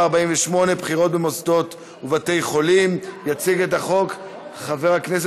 25 בעד, 12 מתנגדים, אחד נמנע.